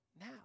now